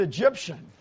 Egyptian